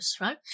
right